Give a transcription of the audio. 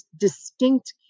distinct